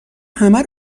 همه